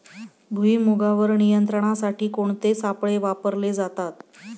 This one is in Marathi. भुईमुगावर नियंत्रणासाठी कोणते सापळे वापरले जातात?